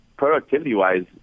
Productivity-wise